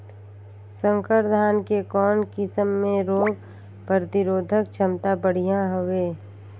संकर धान के कौन किसम मे रोग प्रतिरोधक क्षमता बढ़िया हवे?